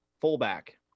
fullback